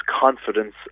confidence